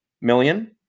million